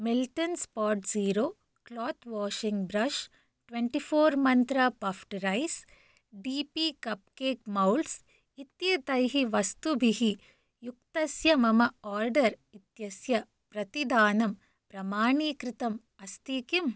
Milton Spotzero cloth washing brush twenty four Mantra puffed rice T P cupcake moulds इत्येतैः वस्तुभिः युक्तस्य मम order इत्यस्य प्रतिदानं प्रमाणीकृतम् अस्ति किम्